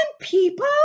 people